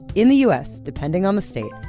in the u s, depending on the state,